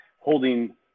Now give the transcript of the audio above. holding